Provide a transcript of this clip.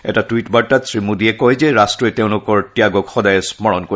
এটা টুইট বাৰ্তাত শ্ৰীমোদীয়ে কয় যে ৰাষ্টই তেওঁলোকৰ ত্যাগক সদায়েই স্মৰণ কৰিব